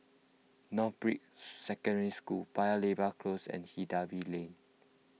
Northbrooks Secondary School Paya Lebar Close and Hindhede Lane